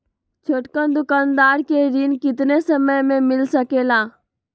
छोटकन दुकानदार के ऋण कितने समय मे मिल सकेला?